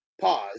pause